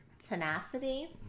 Tenacity